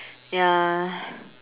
ya